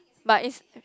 but it's